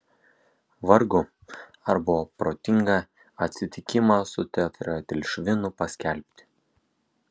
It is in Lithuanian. vargu ar buvo protinga atsitikimą su tetraetilšvinu paskelbti